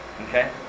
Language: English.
okay